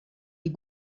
les